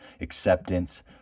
acceptance